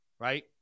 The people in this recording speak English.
right